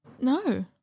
No